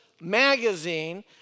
magazine